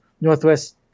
Northwest